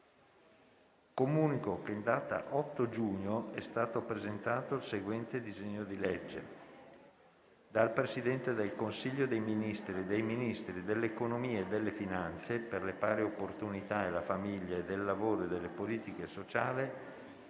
Comunico che in data 8 giugno è stato presentato il seguente disegno di legge: *dal Presidente del Consiglio dei ministri e dai Ministri dell'economia e delle finanze, per le pari opportunità e la famiglia e del lavoro e delle politiche sociali:*